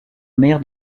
mère